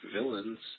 villains